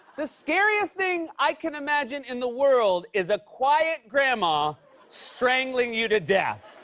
the scariest thing i can imagine in the world is a quiet grandma strangling you to death.